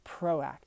proactive